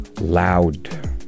loud